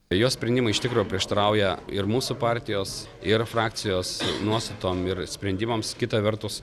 jo sprendimai iš tikro prieštarauja ir mūsų partijos ir frakcijos nuostatom ir sprendimams kita vertus